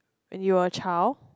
and your child